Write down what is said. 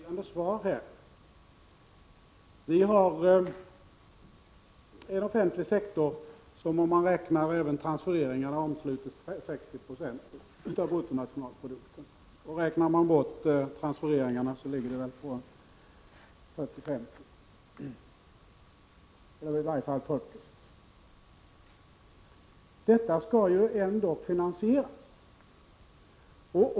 Herr talman! Tyvärr var det ett undanglidande svar som Hans Petersson i Hallstahammar gav. Vi har en offentlig sektor som om man räknar även transfereringarna omsluter 60 96 av bruttonationalprodukten. Räknar man bort transfereringarna är det 40-50 96, i varje fall 40 26. Detta skall ändock finansieras.